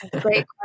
Great